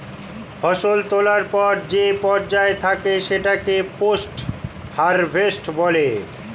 ফসল তোলার পর যে পর্যায় থাকে সেটাকে পোস্ট হারভেস্ট বলে